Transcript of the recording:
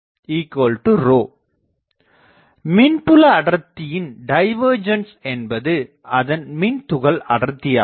D மின்புல அடர்த்தியின் divergence என்பது அதன் மின் துகள் அடர்த்தியாகும்